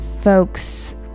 folks